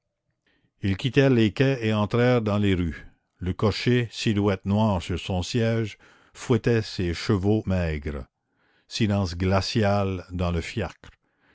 ils quittèrent les quais et entrèrent dans les rues le cocher silhouette noire sur son siège fouettait ses chevaux maigres silence glacial dans le fiacre